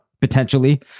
potentially